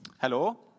Hello